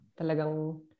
Talagang